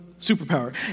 superpower